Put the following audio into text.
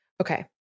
Okay